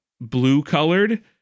blue-colored